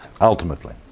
ultimately